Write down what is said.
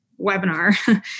webinar